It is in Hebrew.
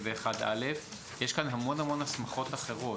יש כאן המון הסמכות אחרות.